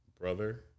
brother